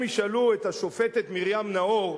אני מניח שאם ישאלו את השופטת מרים נאור,